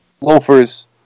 loafers